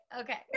Okay